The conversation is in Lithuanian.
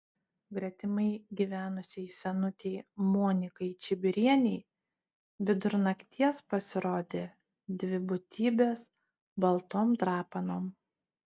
gretimai gyvenusiai senutei monikai čibirienei vidur nakties pasirodė dvi būtybės baltom drapanom